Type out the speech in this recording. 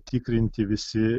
tikrinti visi